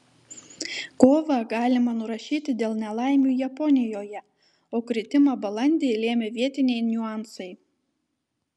kovą galima nurašyti dėl nelaimių japonijoje o kritimą balandį lėmė vietiniai niuansai